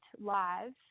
live